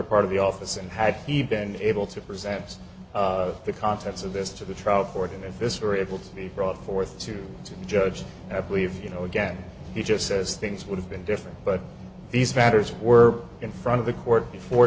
part of the office and had he been able to present the contents of this to the trial court and if this were able to be brought forth to the judge i believe you know again he just says things would have been different but these matters were in front of the court before